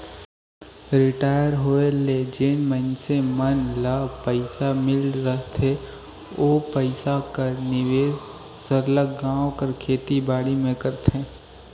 retire होए ले जेन मइनसे मन ल पइसा मिल रहथे ओ पइसा कर निवेस सरलग गाँव कर खेती बाड़ी में करथे